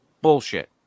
bullshit